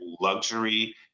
luxury